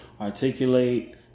articulate